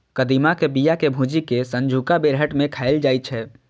कदीमा के बिया कें भूजि कें संझुका बेरहट मे खाएल जाइ छै